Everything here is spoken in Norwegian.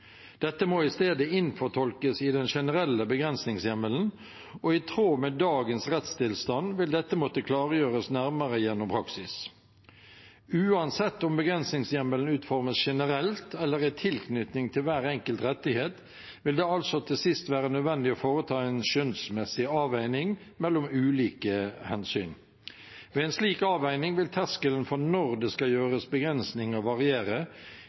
Dette må i stedet innfortolkes i den generelle begrensningshjemmelen, og i tråd med dagens rettstilstand vil dette måtte klargjøres nærmere gjennom praksis. Uansett om begrensningshjemmelen utformes generelt eller i tilknytning til hver enkelt rettighet, vil det til sist være nødvendig å foreta en skjønnsmessig avveining mellom ulike hensyn. Ved en slik avveining vil terskelen for når det skal gjøres begrensninger, variere,